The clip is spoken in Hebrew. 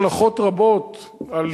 יש הלכות רבות על